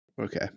Okay